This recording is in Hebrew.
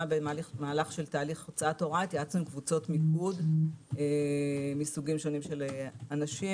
עם קבוצות מיקוד מסוגים שונים של אנשים,